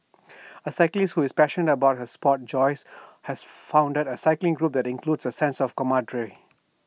A cyclist who is passionate about her Sport Joyce has founded A cycling group that inculcates A sense of camaraderie